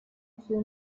few